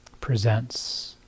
presents